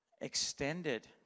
Extended